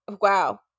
wow